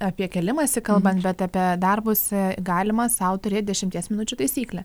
apie kėlimąsi kalbant bet apie darbus galima sau turėt dešimties minučių taisyklę